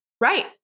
Right